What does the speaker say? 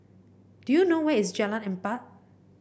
do you know where is Jalan Empat